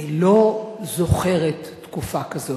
אני לא זוכרת תקופה כזאת.